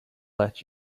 let